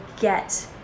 get